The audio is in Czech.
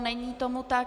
Není tomu tak.